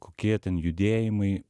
kokie ten judėjimai